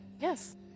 Yes